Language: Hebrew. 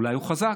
אולי הוא חזק,